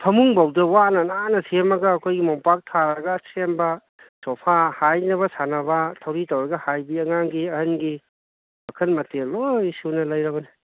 ꯐꯃꯨꯡꯐꯧꯗ ꯋꯥꯅ ꯅꯥꯟꯅ ꯁꯦꯝꯃꯒ ꯑꯩꯈꯣꯏꯒꯤ ꯃꯣꯝꯄꯥꯛ ꯊꯥꯔꯒ ꯁꯦꯝꯕ ꯁꯣꯐꯥ ꯍꯥꯏꯅꯕ ꯁꯥꯟꯅꯕ ꯊꯧꯔꯤ ꯇꯧꯔꯒ ꯍꯥꯏꯕꯤ ꯑꯉꯥꯡꯒꯤ ꯑꯍꯟꯒꯤ ꯃꯈꯟ ꯃꯊꯦꯜ ꯂꯣꯏꯅ ꯁꯨꯅ ꯂꯩꯔꯕꯅꯤ